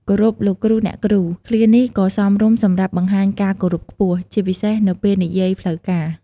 "គោរពលោកគ្រូ អ្នកគ្រូ" ឃ្លានេះក៏សមរម្យសម្រាប់បង្ហាញការគោរពខ្ពស់ ជាពិសេសនៅពេលនិយាយផ្លូវការ។